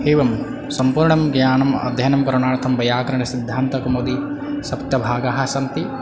एवं सम्पूर्णं ज्ञानम् अध्ययनं करणार्थं वैयाकरणसिद्धान्तकौमुदी सप्तभागाः सन्ति